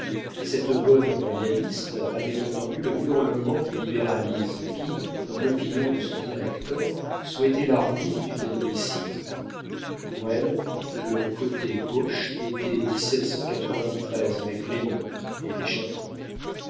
cette bonne royaliste avait entendu le hurlement du libéralisme qui dans l'opinion de son directeur souhaitait la ruine du catholicisme pour elle le côté gauche était avec l'émeute et